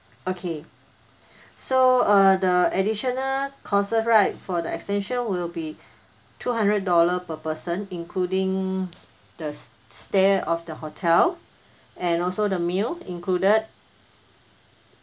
okay so err the additional cost right for the extension will be two hundred dollar per person including the stay of the hotel and also the meal included